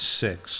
six